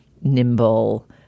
nimble